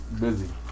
Busy